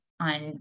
on